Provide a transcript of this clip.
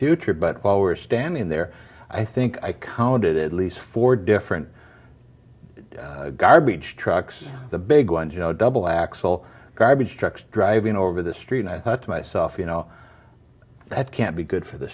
future but while we're standing there i think i counted at least four different garbage trucks the big ones you know double axle garbage trucks driving over the street i thought to myself you know that can't be good for the